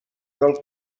del